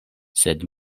sed